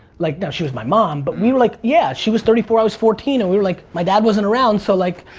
like, duh, she was my mom, but we were like. yeah, she was thirty four, i was fourteen and we were like. my dad wasn't around so like,